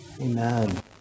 Amen